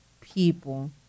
people